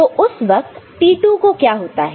तो उस वक्त T2 को क्या होता है